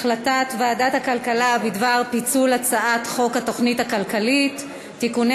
החלטת ועדת הכלכלה בדבר פיצול הצעת חוק התוכנית הכלכלית (תיקוני